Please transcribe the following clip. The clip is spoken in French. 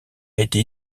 été